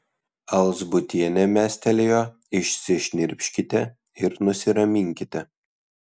alzbutienė mestelėjo išsišnirpškite ir nusiraminkite